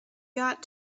got